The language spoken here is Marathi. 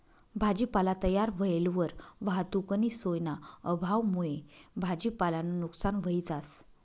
भाजीपाला तयार व्हयेलवर वाहतुकनी सोयना अभावमुये भाजीपालानं नुकसान व्हयी जास